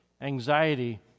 anxiety